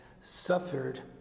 suffered